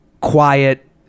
quiet